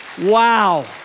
Wow